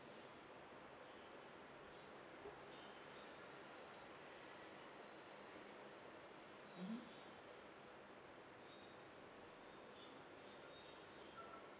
mmhmm